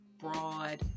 broad